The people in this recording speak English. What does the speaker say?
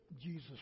Jesus